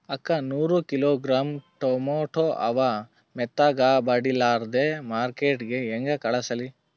ಅಕ್ಕಾ ನೂರ kilogram tomato ಅವ, ಮೆತ್ತಗಬಡಿಲಾರ್ದೆ ಮಾರ್ಕಿಟಗೆ ಹೆಂಗ ಕಳಸಲಿ?